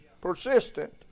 Persistent